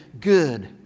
good